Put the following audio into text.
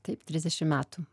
taip trisdešim metų